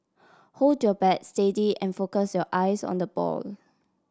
hold your bat steady and focus your eyes on the ball